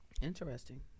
Interesting